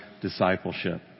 discipleship